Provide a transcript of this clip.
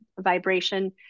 vibration